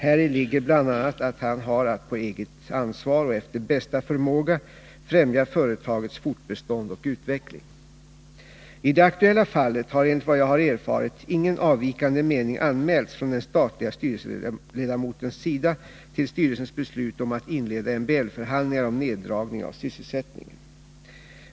Häri ligger bl.a. att han har att på eget ansvar och efter bästa förmåga främja företagets fortbestånd och utveckling. I det aktuella fallet har enligt vad jag har erfarit ingen avvikande mening anmälts från den statliga styrelseledamotens sida till styrelsens beslut om att inleda MBL-förhandlingar om neddragning av sysselsättningen.